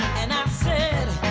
and i said